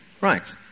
Right